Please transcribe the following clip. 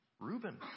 Reuben